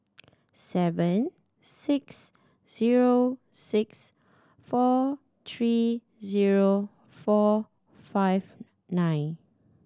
seven six zero six four three zero four five nine